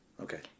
Okay